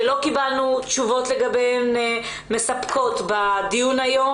שלא קיבלנו תשובות מספקות לגביהם בדיון היום.